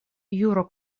juro